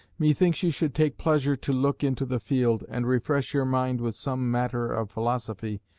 methinks you should take pleasure to look into the field, and refresh your mind with some matter of philosophy,